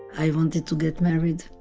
i wanted to get married